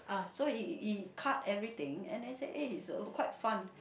so he he cut everything and then said eh it's uh quite fun